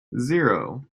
zero